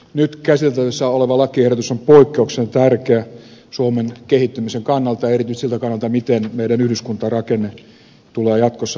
nyt käsittelyssä oleva lakiehdotus on poikkeuksellisen tärkeä suomen kehittymisen kannalta ja erityisesti siltä kannalta miten meidän yhdyskuntarakenteemme tulee jatkossa määräytymään